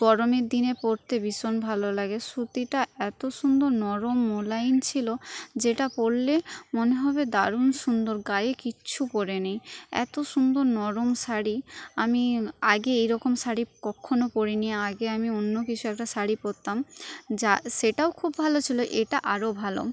গরমের দিনে পরতে ভীষণ ভালো লাগে সুতিটা এতো সুন্দর নরম মোলায়েম ছিল যেটা পরলে মনে হবে দারুন সুন্দর গায়ে কিচ্ছু পরে নি এতো সুন্দর নরম শাড়ি আমি আগে এইরকম শাড়ি কখনো পরি নি আগে আমি অন্য কিছু একটা শাড়ি পরতাম যা সেটাও খুব ভালো ছিল এটা আরও ভালো